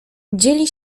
dzieli